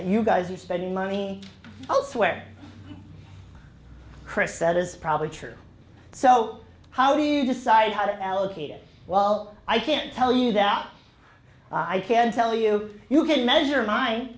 you guys are spending money elsewhere chrisette is probably true so how do you decide how to allocate it well i can't tell you that i can tell you you can measure mine